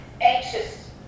anxious